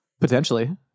Potentially